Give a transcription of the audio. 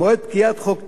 מועד פקיעת חוק טל,